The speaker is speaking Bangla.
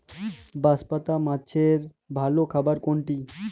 বাঁশপাতা মাছের ভালো খাবার কোনটি?